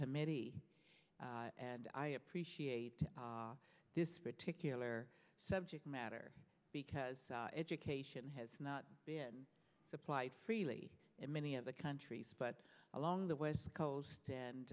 committee and i appreciate this particular subject matter because education has not been supplied freely in many of the countries but along the west coast and